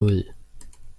nan